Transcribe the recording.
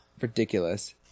Ridiculous